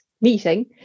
meeting